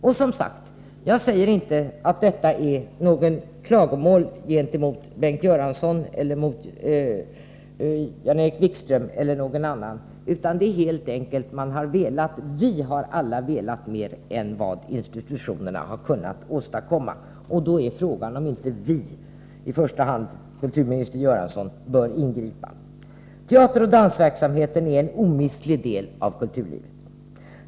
Med det sagda har jag inte velat rikta något klagomål mot Bengt Göransson, Jan-Erik Wikström eller någon annan. Det är helt enkelt så, att vi alla har velat mer än vad institutionerna kunnat åstadkomma. Då är frågan om inte vi, och i första kulturminister Bengt Göransson, bör ingripa. Teateroch dansverksamheten utgör en omistlig del av kulturlivet.